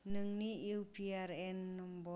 नों इउ P R A N number